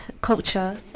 culture